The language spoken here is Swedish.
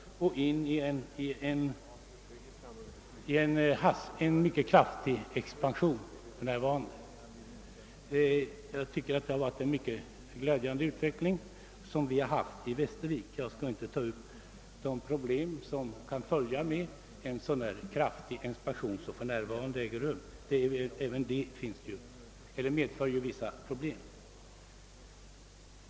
Det är en mycket glädjande utveckling för oss i Västervik. Även en kraftig expansion medför visserligen en del problem, men den saken skall jag här inte ingå på.